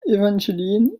evangeline